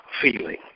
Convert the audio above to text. feeling